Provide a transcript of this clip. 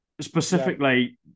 specifically